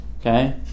Okay